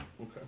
Okay